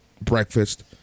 breakfast